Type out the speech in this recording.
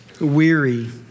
Weary